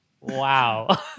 Wow